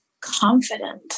confident